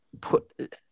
put